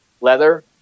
leather